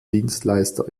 dienstleister